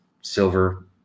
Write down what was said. silver